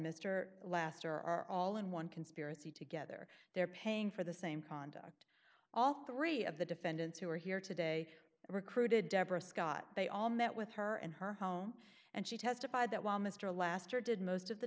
mr lester are all in one conspiracy together they are paying for the same conduct all three of the defendants who are here today recruited deborah scott they all met with her and her home and she testified that while mr laster did most of the